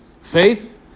faith